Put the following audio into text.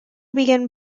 began